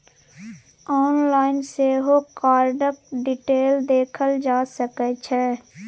online सेहो कार्डक detail देखल जा सकै छै